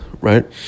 right